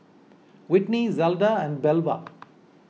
Whitney Zelda and Belva